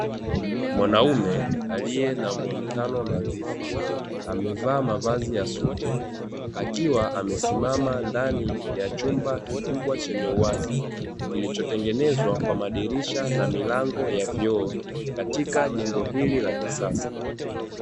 Mwanaume aliye na muonekano nadhifu, amevaa mavazi ya suti, akiwa amesimama ndani ya chumba kikubwa chenye uwazi, kilichotengenezwa kwa madirisha na milango ya vioo, katika jengo hili la kisasa.